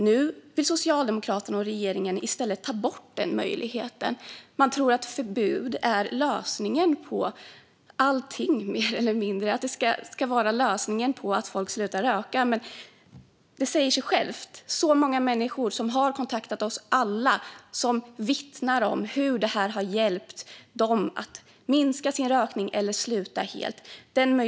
Nu vill Socialdemokraterna och regeringen ta bort denna möjlighet, och de tror att förbud är lösningen på snart sagt allt. Men så många människor vittnar ju om hur detta har hjälpt dem att röka mindre eller sluta helt.